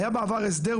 היה בעבר הסדר,